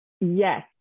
Yes